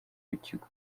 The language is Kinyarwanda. w’ikigo